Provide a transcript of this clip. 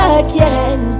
again